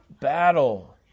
battle